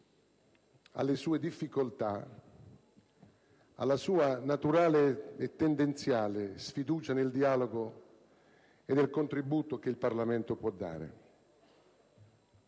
alle sue difficoltà, alla sua naturale e tendenziale sfiducia nel dialogo e nel contributo che il Parlamento può dare.